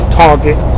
target